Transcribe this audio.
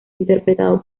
interpretado